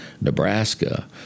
Nebraska